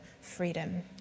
freedom